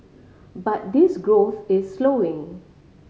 but this growth is slowing